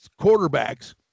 quarterbacks